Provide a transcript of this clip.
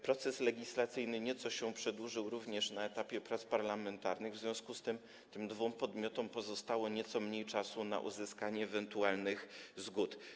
Proces legislacyjny nieco się przedłużył również na etapie prac parlamentarnych, w związku z czym tym dwóm podmiotom pozostało nieco mniej czasu na uzyskanie ewentualnych zgód.